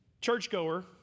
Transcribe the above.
churchgoer